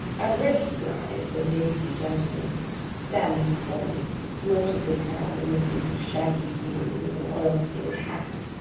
i recognised the lazy gentleman standing before me nautically clad in a suit of shaggy blue, with an oilskin hat.